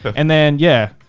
and then, yeah.